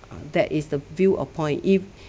that is the view of point if